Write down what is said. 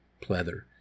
Pleather